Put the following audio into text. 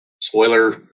spoiler